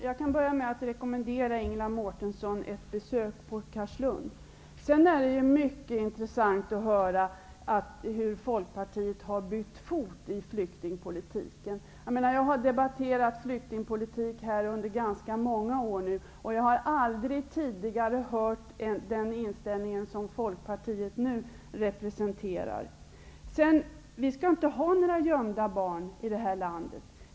Herr talman! Jag kan rekommendera Ingela Det är mycket intressant att se hur Folkpartiet har bytt fot i flyktingpolitiken. Jag har här debatterat flyktingpolitik under ganska många år, och jag har aldrig tidigare hört om den inställning som Vi skall inte ha några gömda barn i det här landet.